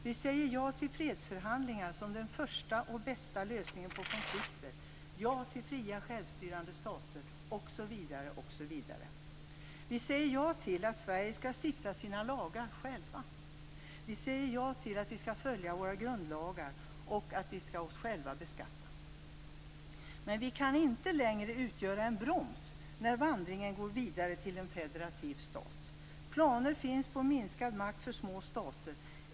Vi säger ja till fredsförhandlingar som den första och bästa lösningen på konflikter, ja till fria och självstyrande stater, osv. Vi säger ja till att Sverige skall stifta sina lagar självt. Vi säger ja till att vi skall följa våra grundlagar och att vi skall oss själva beskatta. Men vi kan inte längre utgöra en broms när vandringen går vidare till en federativ stat. Planer finns på minskad makt för små stater.